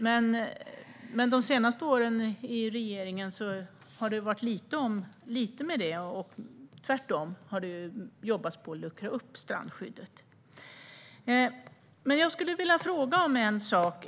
Men de senaste åren i regeringen har det varit lite av detta. Tvärtom har det jobbats på att luckra upp strandskyddet. Jag skulle vilja ställa en fråga.